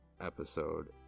episode